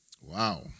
Wow